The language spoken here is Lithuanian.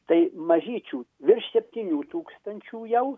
tai mažyčių virš septynių tūkstančių jau